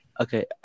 Okay